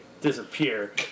disappear